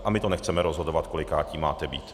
A my to nechceme rozhodovat, kolikátí máte být.